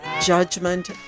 judgment